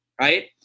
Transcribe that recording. Right